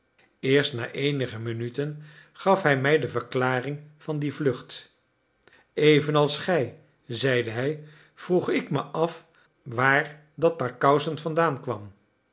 eerst na eenige minuten gaf hij mij de verklaring van die vlucht evenals gij zeide hij vroeg ik me af waar dat paar kousen vandaan kwam